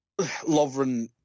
Lovren